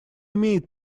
имеет